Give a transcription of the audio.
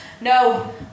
No